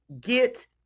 get